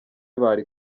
bari